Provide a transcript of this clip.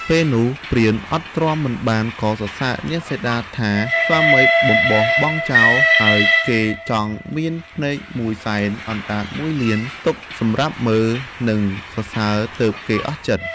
ពេលនោះព្រាហ្មណ៍អត់ទ្រាំមិនបានក៏សរសើរនាងសីតាថាស្វាមីបំបរបង់ចោល ហើយគេចង់មានភ្នែកមួយសែន អណ្តាតមួយលាន ទុកសម្រាប់មើល និងសរសើរទើបគេអស់ចិត្ត។